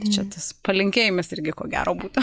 tai čia tas palinkėjimas irgi ko gero būtų